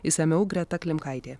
išsamiau greta klimkaitė